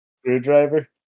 Screwdriver